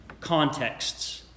contexts